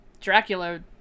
Dracula